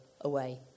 away